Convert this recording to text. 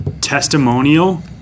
testimonial